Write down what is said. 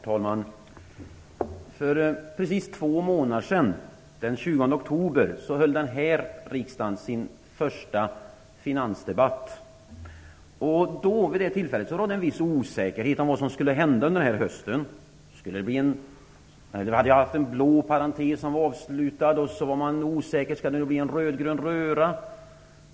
Herr talman! För precis två månader sedan, den 20 oktober, genomförde detta riksmöte sin första finansdebatt. Vid det tillfället rådde en viss osäkerhet om vad som skulle hända under hösten. Den blåa parentes som vi hade haft var avslutad, och man var oviss om huruvida det nu skulle bli en rödgrön röra.